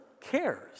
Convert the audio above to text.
cares